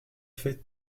fait